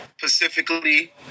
specifically